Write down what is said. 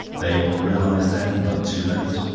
they will realise then, but too late,